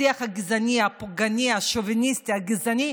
השיח הגזעני, הפוגעני, השוביניסטי, הגזעני.